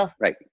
right